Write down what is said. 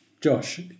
Josh